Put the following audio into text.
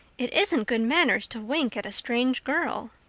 it isn't good manners to wink at a strange girl.